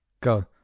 Go